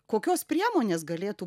kokios priemonės galėtų